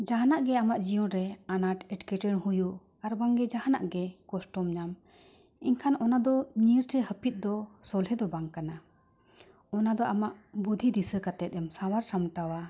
ᱡᱟᱦᱟᱱᱟᱜ ᱜᱮ ᱟᱢᱟᱜ ᱡᱤᱭᱚᱱ ᱨᱮ ᱟᱱᱟᱴ ᱮᱴᱠᱮᱴᱚᱬᱮ ᱦᱩᱭᱩᱜ ᱟᱨ ᱵᱟᱝᱜᱮ ᱡᱟᱦᱟᱱᱟᱜ ᱜᱮ ᱠᱚᱥᱴᱚᱢ ᱧᱟᱢ ᱮᱱᱠᱷᱟᱱ ᱚᱱᱟ ᱫᱚ ᱧᱤᱨ ᱥᱮ ᱦᱟᱹᱯᱤᱫ ᱫᱚ ᱥᱚᱞᱦᱮ ᱫᱚ ᱵᱟᱝ ᱠᱟᱱᱟ ᱚᱱᱟ ᱫᱚ ᱟᱢᱟᱜ ᱵᱩᱫᱷᱤ ᱫᱤᱥᱟᱹ ᱠᱟᱛᱮᱫ ᱮᱢ ᱥᱟᱶᱟᱨ ᱥᱟᱢᱴᱟᱣᱟ